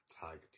tag